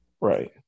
Right